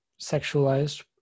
sexualized